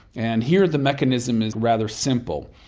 and here the mechanism is rather simple.